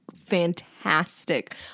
fantastic